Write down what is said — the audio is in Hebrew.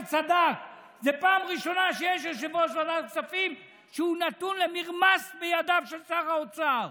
זה פעם ראשונה שיש יושב-ראש ועדת כספים שנתון למרמס בידיו של שר האוצר.